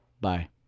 bye